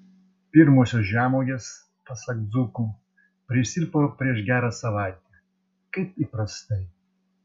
pirmosios žemuogės pasak dzūkų prisirpo prieš gerą savaitę kaip įprastai